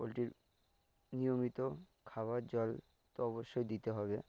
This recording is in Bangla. পোলট্রীর নিয়মিত খাবার জল তো অবশ্যই দিতে হবে